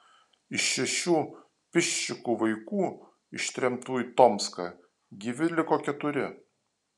iš šešių piščikų vaikų ištremtų į tomską gyvi liko keturi